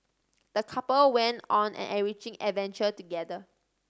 the couple went on an enriching adventure together